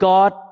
God